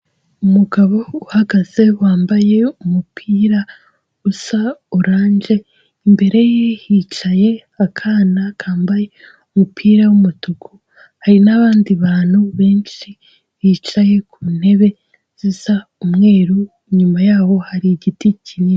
Umugabo uhagaze wambaye umupira usa orange imbere ye hicaye akana kambaye umupira w'umutuku hari nabandi bantu benshi bicaye ku ntebe zisa umweru inyuma yaho hari igiti kinini.